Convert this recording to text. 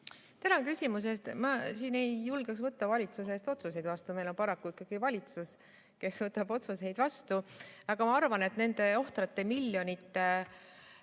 Tänan küsimuse eest! Ma siin ei julgeks võtta valitsuse eest otsuseid vastu. Meil on paraku ikkagi valitsus see, kes võtab otsuseid vastu. Aga ma arvan, et nende ohtrate miljonite